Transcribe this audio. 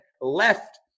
left